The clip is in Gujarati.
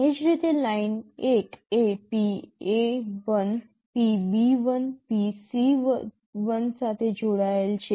એ જ રીતે લાઈન1 એ PA1 PB1 PC1 સાથે જોડાયેલ છે